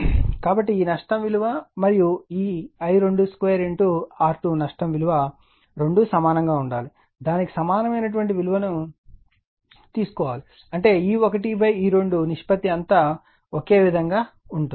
కాబట్టి ఈ నష్టం విలువ మరియు ఈ I22R2 నష్టం విలువ రెండూ సమానంగా ఉండాలి దానికి సమానమైన విలువను లభిస్తుంది అంటే E1 E2 నిష్పత్తి అంతా ఒకే విధంగా ఉంటుంది